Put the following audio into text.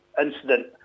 incident